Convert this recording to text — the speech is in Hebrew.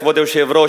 כבוד היושב-ראש,